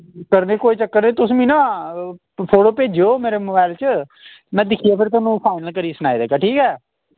करने कोई चक्कर तुस मिगी ना फोटो भेजेओ मेरे मोबाइल च मैं दिक्खियै फिर थोआनू फाइनल करियै सनाई देगा ठीक ऐ